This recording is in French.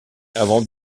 avant